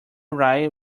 rye